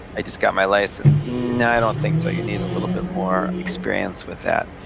i just got my license. no, i don't think so. you need a little bit more experience with that.